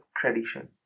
tradition